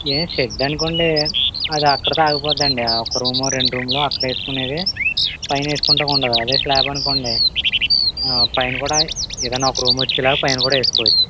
ఏ shed అనుకోండి అది అక్కడితో ఆగిపొద్దండి ఆ ఒక్క రూమో రెండు రూమ్ లో అకడ వేసుకొనేదే పైన వేసుకొంటానికి ఉండదు అదే స్లాబ్ అనుకోండి పైన కూడా ఏదన్నా ఒక రూమ్ వచ్చేలా పైన కూడా వేసుకోవొచ్చు